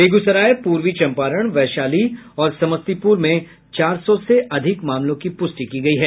बेगूसराय पूर्वी चंपारण वैशाली और समस्तीपुर चार सौ से अधिक मामलों की पुष्टि की गयी है